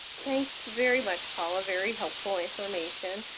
thanks very much, paula. very helpful information.